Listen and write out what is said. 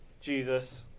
Jesus